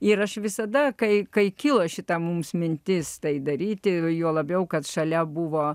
ir aš visada kai kai kilo šita mums mintis tai daryti juo labiau kad šalia buvo